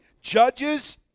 judges